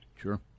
Sure